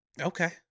Okay